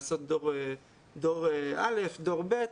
לעשות דור א' ודור ב'.